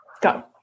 Go